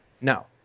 No